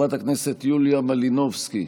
איננו, חברת הכנסת יוליה מלינובסקי,